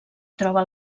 troba